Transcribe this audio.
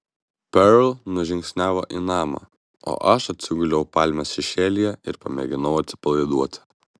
perl nužingsniavo į namą o aš atsiguliau palmės šešėlyje ir pamėginau atsipalaiduoti